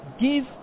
give